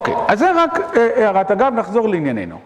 אוקיי, אז זה רק הערת אגב, נחזור לעניינינו.